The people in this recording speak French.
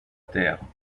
terre